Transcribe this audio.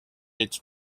its